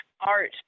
art